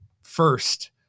first